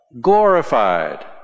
glorified